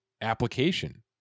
application